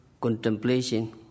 contemplation